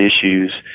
issues